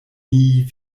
nie